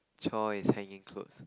chore is hanging clothes